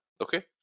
Okay